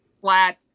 flat